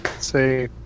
say